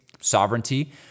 sovereignty